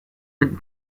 with